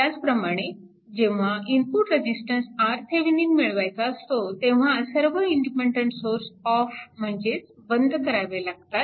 त्याचप्रमाणे जेव्हा input resistance RThevenin मिळवायचा असतो तेव्हा सर्व इंडिपेन्डन्ट सोर्स ऑफ म्हणजेच बंद करावे लागतात